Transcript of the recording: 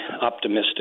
optimistic